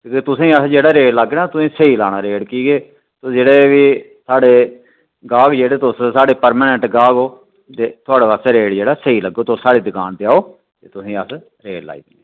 तुसेंगी अस जेह्ड़ा रेट लाह्गे ना तुसेंगी स्हेई लान रेट की के तुस जेह्ड़े कि स्हाड़े गाह्क जेह्ड़े तुस स्हाड़े परमानेंट गाह्क ओ ते थुआढ़े आस्ते रेट जेह्ड़ा स्हेई लग्गोग तुस स्हाड़ी दकान ते आओ ते तुसेंगी अस रेट लाई देगे